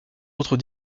autres